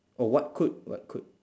oh what could what could